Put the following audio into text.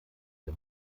der